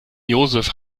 joseph